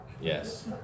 yes